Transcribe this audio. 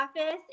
Office